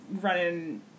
running